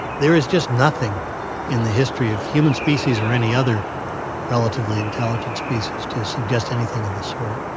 there is just nothing in the history of human species or any other relatively intelligent species to suggest anything of the sort.